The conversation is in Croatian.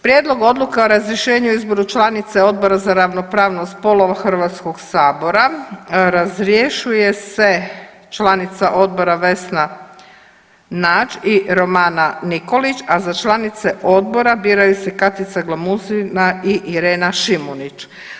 Prijedlog odluke o razrješenju i izboru članice Odbora za ravnopravnost spolova Hrvatskog sabora razrješuje se članica Odbora Vesna Nađ i Romana Nikolić, a za članice Odbora biraju se Katica Glamuzina i Irena Šimunić.